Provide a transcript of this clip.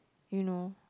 you know